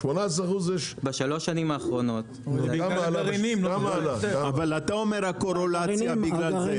אתה אומר שהקורלציה בגלל זה,